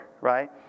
right